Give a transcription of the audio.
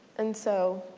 and so,